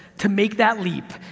to make that leap,